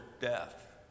death